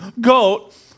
Goat